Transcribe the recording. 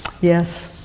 Yes